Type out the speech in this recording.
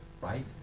right